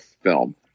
film